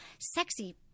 sexy